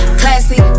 classy